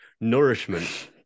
Nourishment